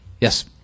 Yes